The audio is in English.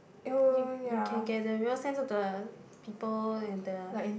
you you can get the real sense of the people and the